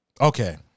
Okay